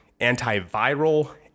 antiviral